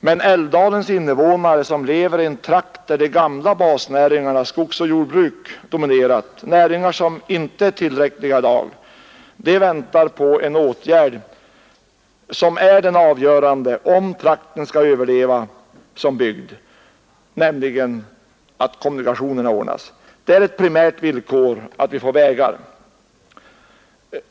Men älvdalens invånare, som lever i en trakt där de gamla basnäringarna skogsoch jordbruk dominerat — näringar som inte är tillräckliga i dag — väntar på den åtgärd som är avgörande för om bygden skall kunna överleva, nämligen att kommunikationerna ordnas. Det är ett primärt villkor att området får vägar.